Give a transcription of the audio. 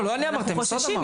לא אני אמרתי, המשרד אמר.